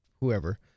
whoever